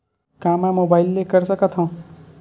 का मै मोबाइल ले कर सकत हव?